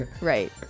right